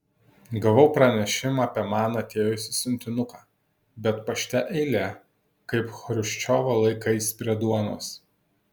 gavau pranešimą apie man atėjusį siuntinuką bet pašte eilė kaip chruščiovo laikais prie duonos